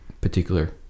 particular